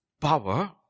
power